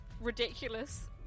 ridiculous